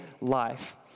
life